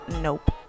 nope